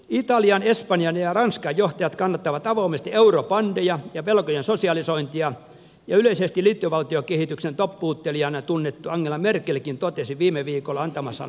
italian espanjan ja ranskan johtajat kannattavat avoimesti eurobondeja ja velkojen sosialisointia ja yleisesti liittovaltiokehityksen toppuuttelijana tunnettu angela merkelkin totesi viime viikolla antamassaan haastattelussa